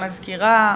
גברתי המזכירה,